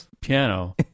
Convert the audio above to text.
piano